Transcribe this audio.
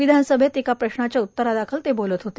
विधानसभेत एका प्रश्नाच्या उत्तरादाखल ते बोलत होते